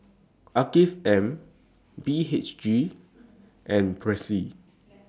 Afiq M B H G and Persil